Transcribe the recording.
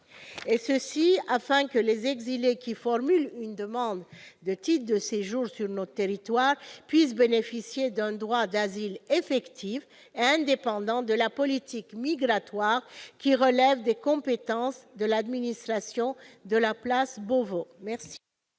afin que les exilés qui formuleront une demande de titre de séjour sur notre territoire puissent bénéficier d'un droit d'asile effectif et indépendant de la politique migratoire, qui relève des compétences de l'administration de la place Beauvau.